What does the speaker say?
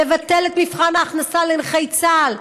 לבטל את מבחן ההכנסה לנכי צה"ל,